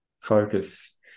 focus